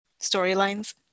storylines